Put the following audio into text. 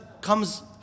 comes